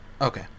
Okay